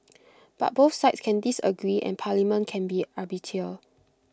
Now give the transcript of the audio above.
but both sides can disagree and parliament can be arbiter